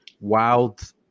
wild